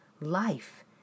life